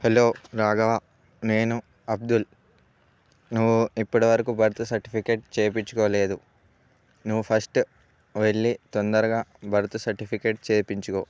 hello Raghava నేను అబ్దుల్ నువ్వు ఇప్పటి వరకు బర్త్ సర్టిఫికేట్ చేయించుకోలేదు నువ్వు ఫస్ట్ వెళ్ళి తొందరగా బర్త్ సర్టిఫికేట్ చేయించుకో